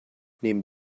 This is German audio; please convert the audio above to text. neben